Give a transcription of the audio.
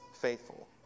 faithful